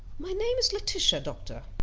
my name is laetitia, doctor.